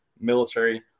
military